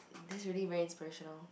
this really very inspirational